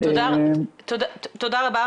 תודה רבה,